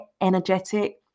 energetic